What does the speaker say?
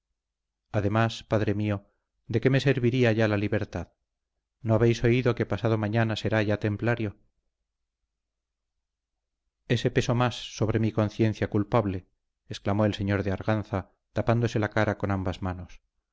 además padre mío de que me serviría ya la libertad no habéis oído que pasado mañana será ya templario ese peso más sobre mi conciencia culpable exclamó el señor de arganza tapándose la cara con ambas manos